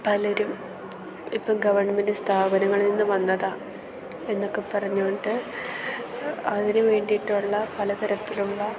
പലരും ഇപ്പം ഗവൺമെൻറ്റ് സ്ഥാപനങ്ങളിൽ നിന്ന് വന്നതാണ് എന്നൊക്കെ പറഞ്ഞു കൊ ണ്ട് അതിന് വേണ്ടിയിട്ടുള്ള പല തരത്തിലുള്ള